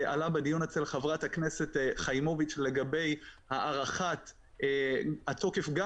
זה עלה בדיון אצל חברת הכנסת חיימוביץ' לגבי הארכת התוקף גם